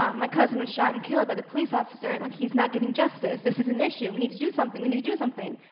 um my cousin was shot and killed by the police officer, and like he's not getting justice. this is an issue. we need to do something, we need to do something.